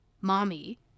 Mommy